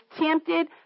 tempted